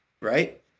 Right